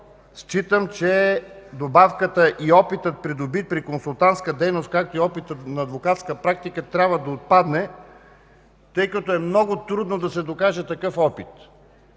Считам, че добавката „и опитът, придобит при консултантска дейност, както и опитът на адвокатска практика” трябва да отпадне, тъй като е много трудно да се докаже такъв опит